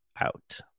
out